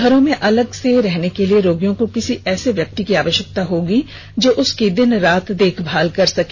घरों में अलग से रहने के लिए रोगियों को किसी ऐसे व्यक्ति की आवश्यकता होगी जो उसकी दिन रात देखभाल कर सके